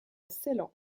ceylan